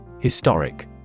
Historic